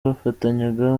bafatanyaga